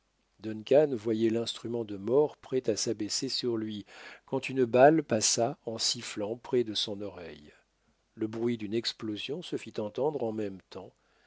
voyait l'instrument de mort prêt à s'abaisser sur lui quand une balle passa en sifflant près de son oreille le bruit d'une explosion se fit entendre en même temps